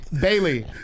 Bailey